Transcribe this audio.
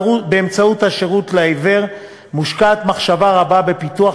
באמצעות השירות לעיוור מושקעת מחשבה רבה בפיתוח